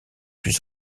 plus